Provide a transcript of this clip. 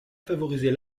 favoriser